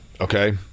Okay